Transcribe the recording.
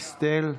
חברת הכנסת דיסטל,